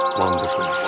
wonderful